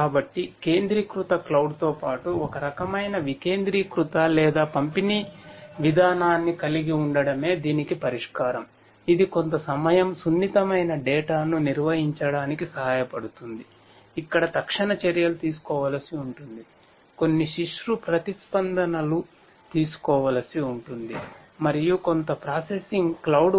కాబట్టి కేంద్రీకృత క్లౌడ్